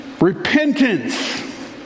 repentance